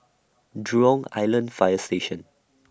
Jurong Island Fire Station